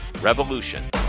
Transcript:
revolution